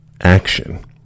action